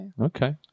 Okay